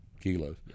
kilos